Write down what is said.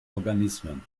organismen